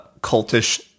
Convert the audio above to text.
cultish